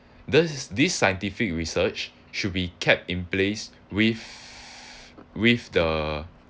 this is this scientific research should be kept in place with with the